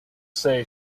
say